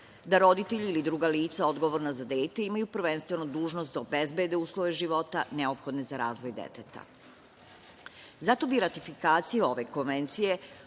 da roditelji ili druga lica odgovorna za dete imaju prvenstveno dužnost da obezbede uslove života neophodne za razvoj deteta. Zato bi ratifikacija ove Konvencije